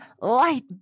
light